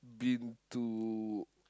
been to